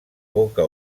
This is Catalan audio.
boca